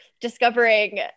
discovering